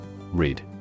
Read